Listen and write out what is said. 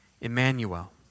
Emmanuel